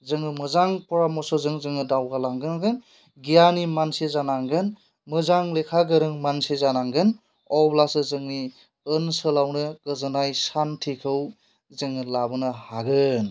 जोङो मोजां परामर्सजों जोङो दावगा लांनांगोन गियानि मानसि जानांगोन मोजां लेखागोरों जानांगोन अब्लासो जोंनि ओनसोलावनो गोजोनाय सान्थिखौ जोङो लाबोनो हागोन